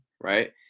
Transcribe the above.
right